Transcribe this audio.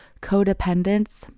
codependence